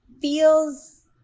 feels